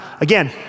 again